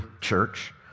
church